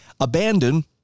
abandon